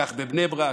כך בבני ברק,